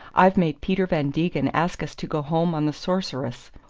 i've made peter van degen ask us to go home on the sorceress.